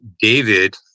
David